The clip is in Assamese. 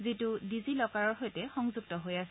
যিটো ডিজি লকাৰৰ সৈতে সংযুক্ত হৈ আছে